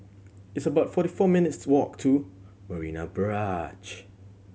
it's about forty four minutes' walk to Marina Barrage